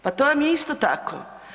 Pa to vam je isto tako.